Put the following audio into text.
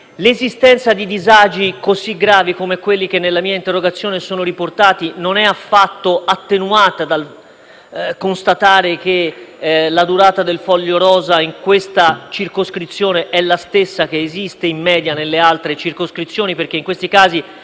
L'esistenza di disagi così gravi come quelli che nella mia interrogazione sono riportati non è affatto attenuata dal constatare che la durata del foglio rosa in questa circoscrizione è la stessa che esiste, in media, nelle altre circoscrizioni, perché in questi casi